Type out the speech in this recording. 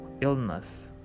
illness